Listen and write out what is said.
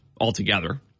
Altogether